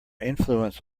influence